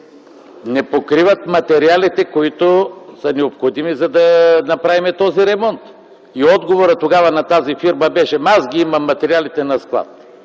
не покриват материалите, които са необходими, за да направим този ремонт. Отговорът на тази фирма тогава беше: „Ама аз имам материалите на склад”.